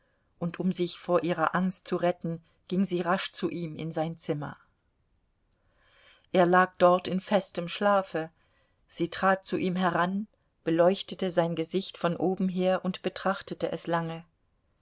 und um sich vor ihrer angst zu retten ging sie rasch zu ihm in sein zimmer er lag dort in festem schlafe sie trat zu ihm heran beleuchtete sein gesicht von oben her und betrachtete es lange